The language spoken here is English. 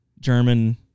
German